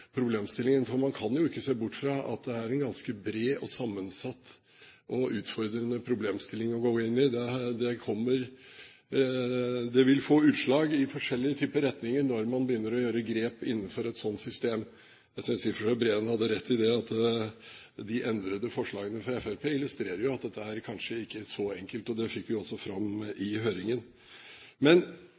problemstillingen. For man kan jo ikke se bort fra at det er en ganske bred og sammensatt og utfordrende problemstilling å gå inn i. Det vil gi seg utslag i forskjellige retninger når man begynner å gjøre grep innenfor et sånt system. Jeg synes i og for seg Breen hadde rett i at de endrede forslagene fra Fremskrittspartiet illustrerer at dette kanskje ikke er så enkelt. Det fikk vi også fram i høringen. Men